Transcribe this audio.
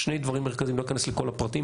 שני דברים מרכזיים לא אכנס לכל הפרטים,